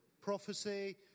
prophecy